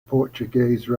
portuguese